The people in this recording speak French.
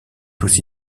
aussi